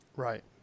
Right